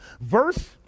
Verse